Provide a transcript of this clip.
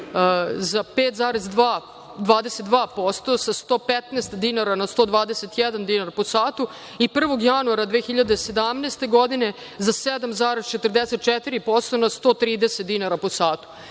za 5,22%, sa 115 dinara na 121 dinar po satu i 1. januara 2017. godine za 7,44% na 130 dinara po satu.